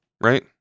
right